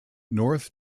north